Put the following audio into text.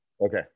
Okay